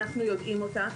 אנחנו יודעים אותה,